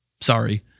sorry